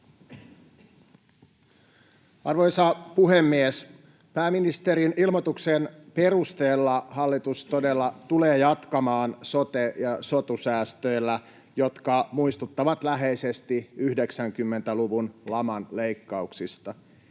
Arvoisa puhemies! Pääministerin ilmoituksen perusteella hallitus todella tulee jatkamaan sote- ja sotu-säästöillä, jotka muistuttavat läheisesti 90-luvun laman leikkauksista.